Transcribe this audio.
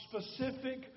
specific